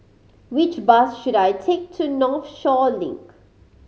which bus should I take to Northshore Link